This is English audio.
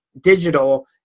Digital